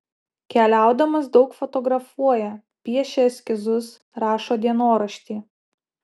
keliaudamas daug fotografuoja piešia eskizus rašo dienoraštį